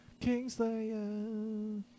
kingslayer